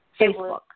Facebook